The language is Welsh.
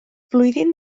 flwyddyn